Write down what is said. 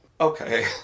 Okay